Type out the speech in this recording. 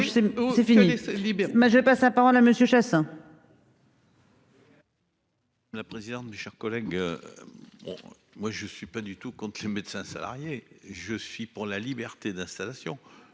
je passe la parole à Monsieur Chassaing. La présidente, mes chers collègues. Moi je suis pas du tout compte, les médecins salariés. Je suis pour la liberté d'installation